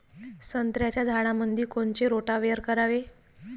संत्र्याच्या झाडामंदी कोनचे रोटावेटर करावे?